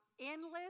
endless